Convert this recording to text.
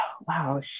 wow